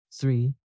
three